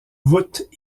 voûte